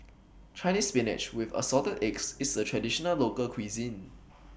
Chinese Spinach with Assorted Eggs IS A Traditional Local Cuisine